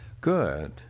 Good